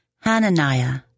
Hananiah